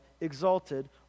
exalted